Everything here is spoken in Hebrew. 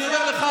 אני אומר לך,